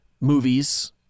movies